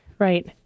Right